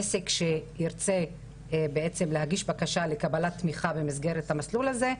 עסק שירצה להגיש בקשה לקבלת תמיכה במסגרת המסלול הזה,